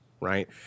right